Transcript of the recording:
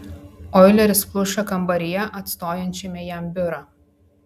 oileris pluša kambaryje atstojančiame jam biurą